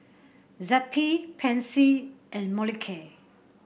Zappy Pansy and Molicare